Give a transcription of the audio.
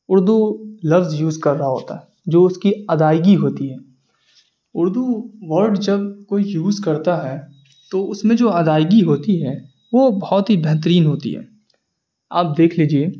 اردو لفظ یوز کر رہا ہوتا ہے جو اس کی ادائیگی ہوتی ہے اردو ورڈ جب کوئی یوز کرتا ہے تو اس میں جو ادائیگی ہوتی ہے وہ بہت ہی بہترین ہوتی ہے آپ دیکھ لیجیے